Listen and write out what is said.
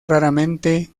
raramente